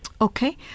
Okay